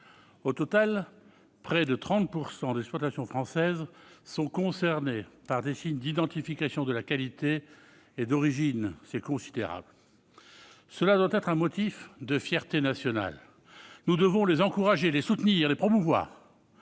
Au total, près de 30 % des exploitations françaises sont concernées par les signes d'identification de la qualité et de l'origine, ou SIQO. C'est considérable, et ce doit être un motif de fierté nationale. Nous devons les encourager, les soutenir, les promouvoir